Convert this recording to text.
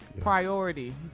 Priority